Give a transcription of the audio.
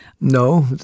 No